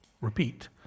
Repeat